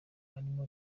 harimo